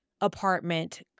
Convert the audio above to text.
apartment